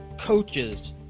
coaches